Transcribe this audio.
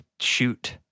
shoot